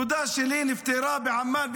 דודה שלי נפטרה בעמאן,